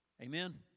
Amen